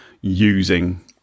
using